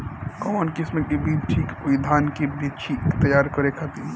कवन किस्म के बीज ठीक होई धान के बिछी तैयार करे खातिर?